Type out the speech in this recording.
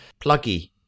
pluggy